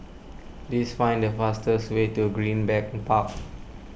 please find the fastest way to Greenbank Park